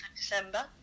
December